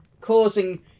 causing